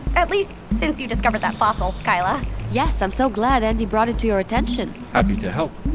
at least since you discovered that fossil, keila yes, i'm so glad andi brought it to your attention happy to help!